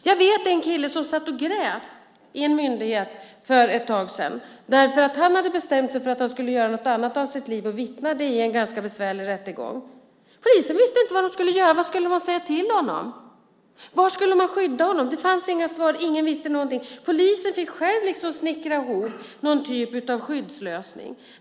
Jag vet en kille som satt och grät hos en myndighet för ett tag sedan därför att han hade bestämt sig för att göra någonting annat av sitt liv och vittnade i en ganska besvärlig rättegång. Polisen visste inte vad man skulle göra och säga till honom. Var skulle man skydda honom? Det fanns inga svar, ingen visste någonting. Polisen fick själv snickra ihop någon typ av skyddslösning.